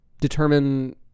determine